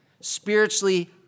Spiritually